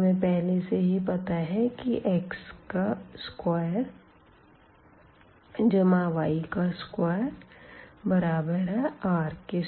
हमें पहले से ही पता है की x का स्क्वायर जमा y का स्क्वायर बराबर है r